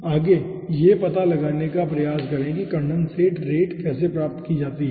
आगे आइए यह पता लगाने का प्रयास करें कि कन्डेंसेट रेट कैसे प्राप्त की जा सकती है